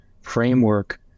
framework